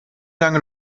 lange